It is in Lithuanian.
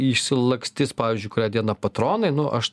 išsilakstis pavyzdžiui kurią dieną patronai nu aš